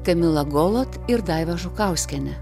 kamila golot ir daiva žukauskiene